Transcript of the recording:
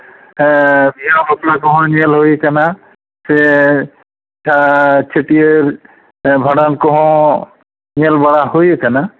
ᱵᱤᱦᱟᱹ ᱵᱟᱯᱞᱟ ᱠᱚᱦᱚᱸ ᱧᱮᱞ ᱦᱩᱭ ᱠᱟᱱᱟ ᱥᱮ ᱪᱷᱟᱹᱴᱭᱟᱹᱨ ᱵᱷᱟᱸᱰᱟᱱ ᱠᱚᱦᱚᱸ ᱧᱮ ᱵᱟᱲᱟ ᱦᱩᱭ ᱟᱠᱟᱱᱟ